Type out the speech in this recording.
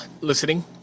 listening